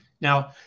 now